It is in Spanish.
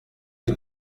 que